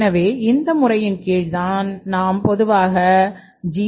எனவே இந்த முறையின் கீழ் தான் நாம் பொதுவாக ஜி